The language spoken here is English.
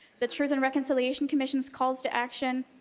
the truth and reconciliation commission's calls to action,